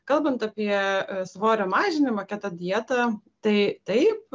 kalbant apie svorio mažinimą keta dieta tai taip